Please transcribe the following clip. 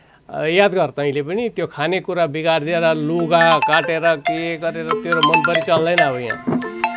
याद गर् तैँले पनि त्यो खानेकुरा बिगारिदिएर लुगा काटेर के गरेर तेरो मनपरी चल्दैन अब यहाँ